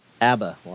abba